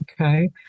Okay